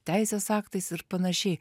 teisės aktais ir panašiai